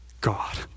God